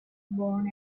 born